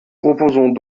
proposons